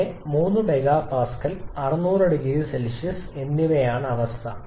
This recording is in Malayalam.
ഇവിടെ 3 MPa 600 0C എന്നിവയാണ് അവസ്ഥ